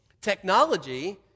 technology